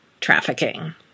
trafficking